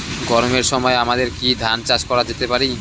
গরমের সময় আমাদের কি ধান চাষ করা যেতে পারি?